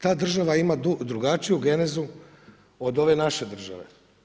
Ta država ima drugačiju genezu od ove naše države.